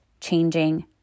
changing